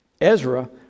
Ezra